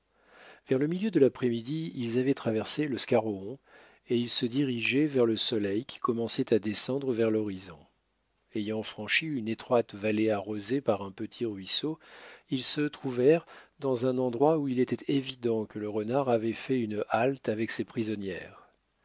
vers le milieu de l'après-midi ils avaient traversé le scaroon et ils se dirigeaient vers le soleil qui commençait à descendre vers l'horizon ayant franchi une étroite vallée arrosée par un petit ruisseau ils se trouvèrent dans un endroit où il était évident que le renard avait fait une halte avec ses prisonnières